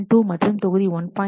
2 மற்றும் தொகுதி 1